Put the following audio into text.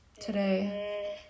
today